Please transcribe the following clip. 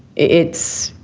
it's